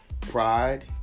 Pride